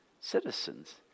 citizens